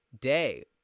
day